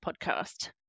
podcast